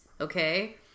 okay